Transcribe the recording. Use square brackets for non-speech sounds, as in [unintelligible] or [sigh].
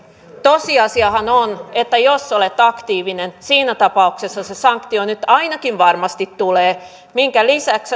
tosiasiahan on että jos olet aktiivinen siinä tapauksessa se sanktio nyt ainakin varmasti tulee minkä lisäksi [unintelligible]